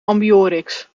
ambiorix